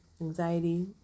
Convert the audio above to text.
anxiety